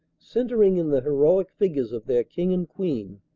centering in the heroic figures of their king and queen,